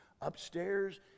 upstairs